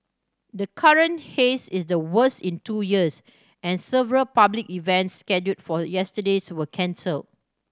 the current haze is the worst in two years and several public events scheduled for yesterdays were cancelled